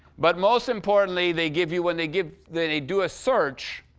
but most importantly, they give you when they give they they do a search,